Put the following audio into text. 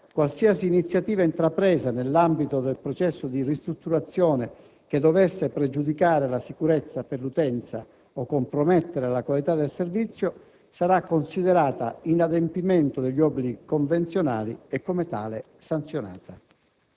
qualsiasi iniziativa intrapresa nell'ambito del processo di ristrutturazione che dovesse pregiudicare la sicurezza per l'utenza o compromettere la qualità del servizio sarà considerata inadempimento degli obblighi convenzionali e, come tale, sanzionata.